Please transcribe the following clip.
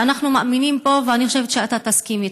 שאנחנו מאמינים בו, ואני חושבת שאתה תסכים לו,